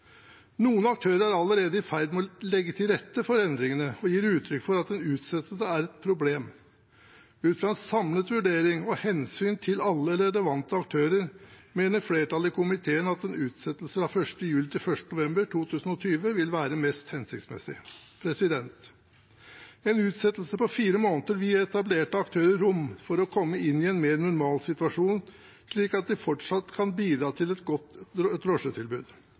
Noen aktører er allerede i ferd med å legge til rette for endringene og gir uttrykk for at en utsettelse er et problem. Ut fra en samlet vurdering og hensynet til alle relevante aktører mener flertallet i komiteen at en utsettelse fra 1. juli til 1. november 2020 vil være mest hensiktsmessig. En utsettelse på fire måneder vil gi etablerte aktører rom for å komme inn i en mer normal situasjon, slik at de fortsatt kan bidra til et godt drosjetilbud,